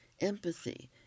empathy